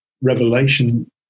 revelation